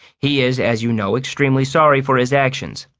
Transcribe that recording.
he is, as you know, extremely sorry for his actions.